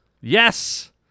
Yes